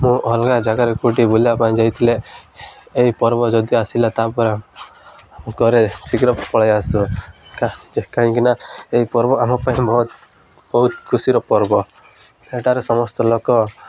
ମୁଁ ଅଲଗା ଜାଗାରେ କେଉଁଠି ବୁଲିବା ପାଇଁ ଯାଇଥିଲେ ଏଇ ପର୍ବ ଯଦି ଆସିଲା ତାପରେ କରେ ଶୀଘ୍ର ପଳେଇଆସୁ କାହିଁକିନା ଏଇ ପର୍ବ ଆମ ପାଇଁ ମହତ୍ ବହୁତ ଖୁସିର ପର୍ବ ଏଠାରେ ସମସ୍ତ ଲୋକ